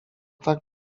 tak